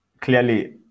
clearly